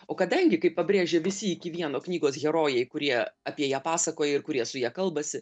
o kadangi kaip pabrėžė visi iki vieno knygos herojai kurie apie ją pasakoja ir kurie su ja kalbasi